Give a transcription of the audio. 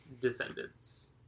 Descendants